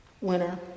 winner